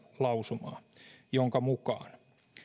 lausumaa jonka mukaan